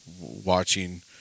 watching